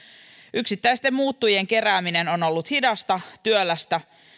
yksittäisten muuttujien kerääminen on ollut hidasta työlästä